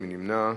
מי נמנע?